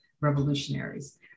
revolutionaries